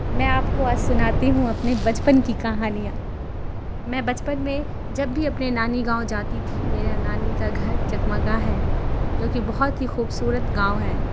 میں آپ کو آج سناتی ہوں اپنے بچپن کی کہانیاں میں بچپن میں جب بھی اپنے نانی گاؤں جاتی تھی میرا نانی کا گھر چکمکہ ہے جو کہ بہت ہی خوبصورت گاؤں ہے